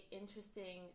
interesting